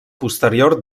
posterior